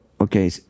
okay